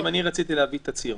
אם אני רציתי להביא תצהיר,